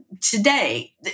today